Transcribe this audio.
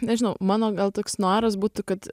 nežinau mano gal toks noras būtų kad